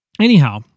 Anyhow